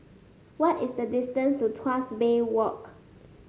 what is the distance to Tuas Bay Walk